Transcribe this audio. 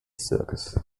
circus